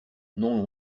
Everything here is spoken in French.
non